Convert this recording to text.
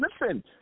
listen